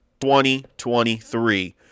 2023